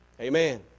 Amen